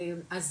אז